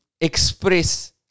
express